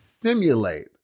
simulate